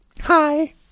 hi